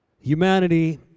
Humanity